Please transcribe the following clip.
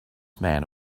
man